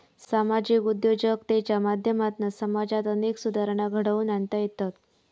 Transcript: सामाजिक उद्योजकतेच्या माध्यमातना समाजात अनेक सुधारणा घडवुन आणता येतत